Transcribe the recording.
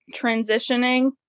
transitioning